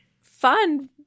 fun